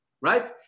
right